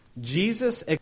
Jesus